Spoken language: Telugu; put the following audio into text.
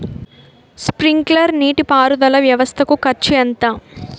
స్ప్రింక్లర్ నీటిపారుదల వ్వవస్థ కు ఖర్చు ఎంత?